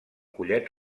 collet